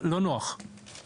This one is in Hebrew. לא, בוודאי זה מה שהוא אמר.